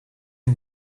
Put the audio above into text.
een